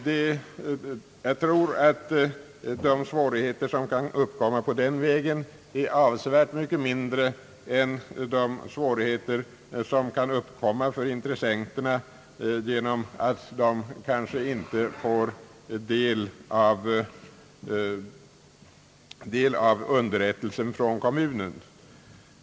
Jag tror att de svårigheter som kan uppkomma i det avseendet är mycket mindre än de svårigheter som kan vållas intressenterna om de inte får del av underrättelsen från kommunen.